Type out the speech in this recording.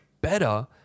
better